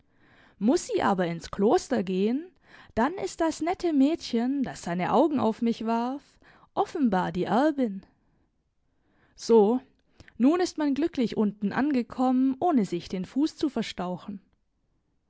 muß sie aber ins kloster gehen dann ist das nette mädchen das seine augen auf mich warf offenbar die erbin so nun ist man glücklich unten angekommen ohne sich den fuß zu verstauchen